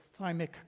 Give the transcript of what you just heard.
thymic